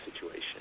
situation